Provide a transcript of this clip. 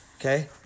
Okay